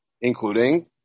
including